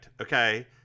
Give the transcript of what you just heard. okay